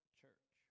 church